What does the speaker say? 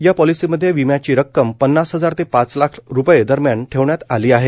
या पॉलिसीमध्ये विम्याची रक्कम पन्नास हजार ते पाच लाख रुपये दरम्यान ठेवण्यात आली आहे